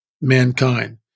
mankind